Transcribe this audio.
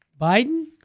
Biden